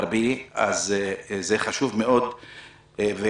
לא נכון.